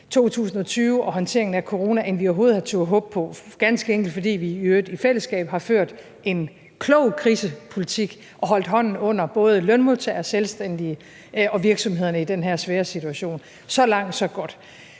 2020 og håndteringen af corona, end vi overhovedet havde turdet håbe på, ganske enkelt fordi vi, i øvrigt i fællesskab, har ført en klog krisepolitik og holdt hånden under både lønmodtagere, selvstændige og virksomheder i den her svære situation. Så langt, så godt.